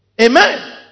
Amen